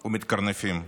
או מתקרנפים.